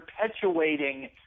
perpetuating